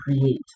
create